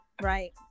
right